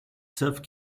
savent